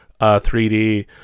3D